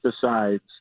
decides